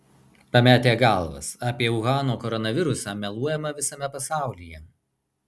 pametę galvas apie uhano koronavirusą meluojama visame pasaulyje